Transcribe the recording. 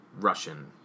Russian